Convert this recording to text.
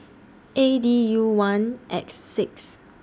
A D U one X six